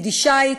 יידישאית,